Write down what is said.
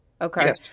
Okay